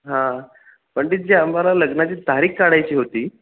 हां पंडितजी आम्हाला लग्नाची तारीख काढायची होती